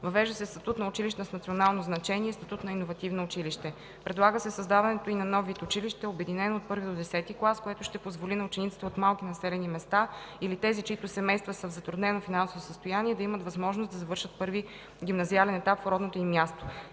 Въвежда се статут на училища с национално значение и статут на иновативно училище. Предлага се създаването и на нов вид училище, обединено (от I до X клас), което ще позволи на учениците от малки населени места или тези, чиито семейства са в затруднено финансово състояние, да имат възможност да завършат първи гимназиален етап в родното им място.